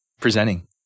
presenting